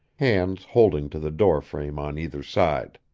hands holding to the door frame on either side.